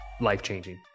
life-changing